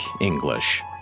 English